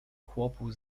chłopu